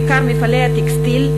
בעיקר מפעלי הטקסטיל,